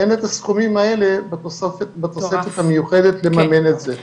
אין את הסכומים האלה ואת התוספת המיוחדת לממן את זה.